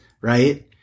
right